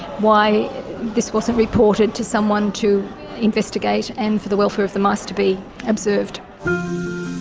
why this wasn't reported to someone to investigate and for the welfare of the mice to be observed.